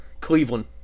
Cleveland